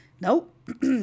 nope